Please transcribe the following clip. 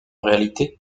réalité